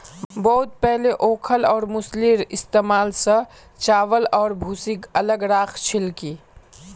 बहुत पहले ओखल और मूसलेर इस्तमाल स चावल आर भूसीक अलग राख छिल की